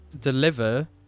deliver